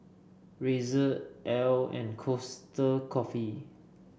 Razer Elle and Costa Coffee